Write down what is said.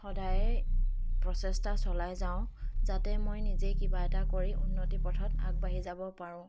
সদায়ে প্ৰচেষ্টা চলাই যাওঁ যাতে মই নিজেই কিবা এটা কৰি উন্নতি পথত আগবাঢ়ি যাব পাৰোঁ